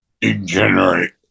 Degenerate